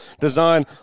design